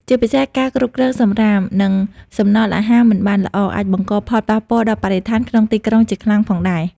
ជាពិសេសការគ្រប់គ្រងសំរាម និងសំណល់អាហារមិនបានល្អ អាចបង្កផលប៉ះពាល់ដល់បរិស្ថានក្នុងទីក្រុងជាខ្លាំងផងដែរ ។